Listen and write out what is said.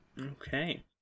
Okay